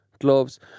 gloves